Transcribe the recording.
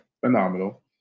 phenomenal